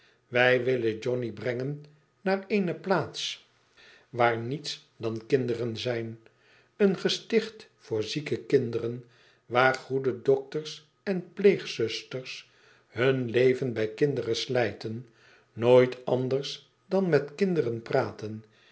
wij willen johnny brengen naar eene plaats waar niets dan zijn een gesticht voor zieke kmderen waar goede doktersen pleegzusters hun leven bij kinderen slijten nooit anders dan met kinderen praten